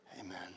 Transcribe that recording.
Amen